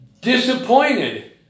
disappointed